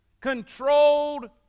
Controlled